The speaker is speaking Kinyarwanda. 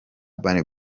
urban